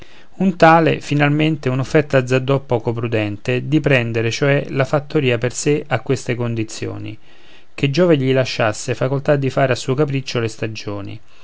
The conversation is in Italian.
un tale finalmente un'offerta azzardò poco prudente di prendere cioè la fattoria per sé a queste condizioni che giove gli lasciasse facoltà di fare a suo capriccio le stagioni